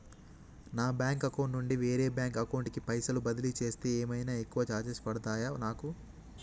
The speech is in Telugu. నా బ్యాంక్ అకౌంట్ నుండి వేరే బ్యాంక్ అకౌంట్ కి పైసల్ బదిలీ చేస్తే ఏమైనా ఎక్కువ చార్జెస్ పడ్తయా నాకు?